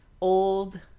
old